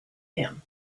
him